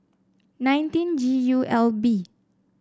nineteen G U L B